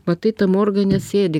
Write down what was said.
matai tam organe sėdi